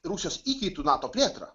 rusijos įkaitu nato plėtrą